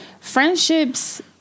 friendships